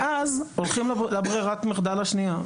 ואז הולכים לברירת מחדל השנייה.